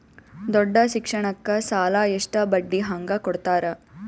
ದೊಡ್ಡ ಶಿಕ್ಷಣಕ್ಕ ಸಾಲ ಎಷ್ಟ ಬಡ್ಡಿ ಹಂಗ ಕೊಡ್ತಾರ?